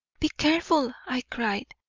be careful! i cried.